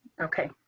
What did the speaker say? okay